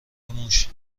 موش